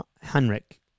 Henrik